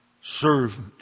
servant